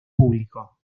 público